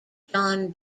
john